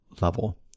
level